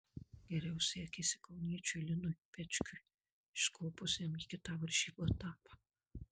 geriau sekėsi kauniečiui linui pečkiui iškopusiam į kitą varžybų etapą